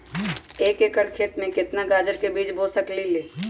एक एकर खेत में केतना गाजर के बीज बो सकीं ले?